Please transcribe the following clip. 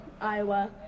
Iowa